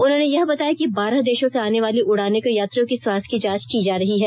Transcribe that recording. उन्होंने यह बताया कि बारह देशों से आने वाली उडानों के यात्रियों की स्वास्थ्य जांच की जा रही है